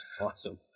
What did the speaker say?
Awesome